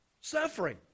Suffering